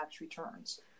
returns